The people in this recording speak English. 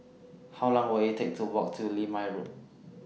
How Long Will IT Take to Walk to Limau Walk